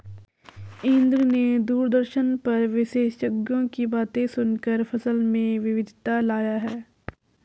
इंद्र ने दूरदर्शन पर विशेषज्ञों की बातें सुनकर फसल में विविधता लाया